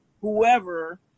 whoever